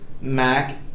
Mac